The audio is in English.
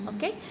Okay